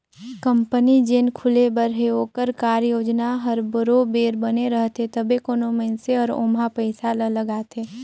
company जेन खुले बर हे ओकर कारयोजना हर बरोबेर बने रहथे तबे कोनो मइनसे हर ओम्हां पइसा ल लगाथे